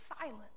silence